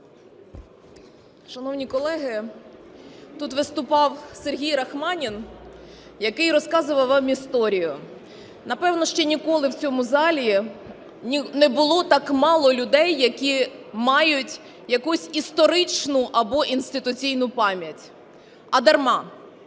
Шановні колеги, тут виступав Сергій Рахманін, який розказував вам історію. Напевно, ще ніколи в цьому залі не було так мало людей, які мають якусь історичну або інституційну пам'ять, а дарма.